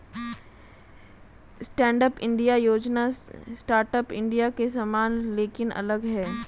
stand up India योजना startup India के समान लेकिन अलग है